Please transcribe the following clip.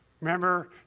Remember